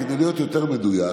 כדי להיות יותר מדויק,